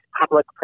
public